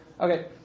Okay